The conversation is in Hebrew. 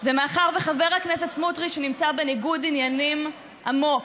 מאחר שחבר הכנסת סמוטריץ נמצא בניגוד עניינים עמוק: